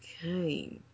Okay